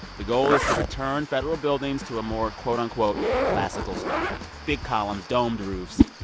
the goal is to return federal buildings to a more, quote-unquote, classical style big columns, domed roofs.